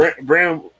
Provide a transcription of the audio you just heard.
Bram